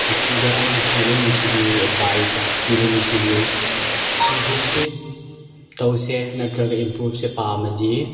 ꯑꯁꯤꯗ ꯑꯩꯅ ꯍꯥꯏꯅꯤꯡꯏꯁꯤꯗꯤ ꯑꯦꯠꯚꯥꯏꯁ ꯄꯤꯅꯤꯡꯏꯁꯤꯗꯤ ꯏꯝꯄ꯭ꯔꯨꯞꯁꯦ ꯇꯧꯁꯦ ꯅꯠꯇ꯭ꯔꯒ ꯏꯝꯄ꯭ꯔꯨꯞꯁꯦ ꯄꯥꯝꯃꯗꯤ